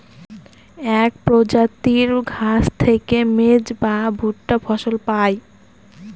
এক প্রজাতির ঘাস থেকে মেজ বা ভুট্টা ফসল পায়